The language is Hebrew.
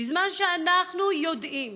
בזמן שאנחנו יודעים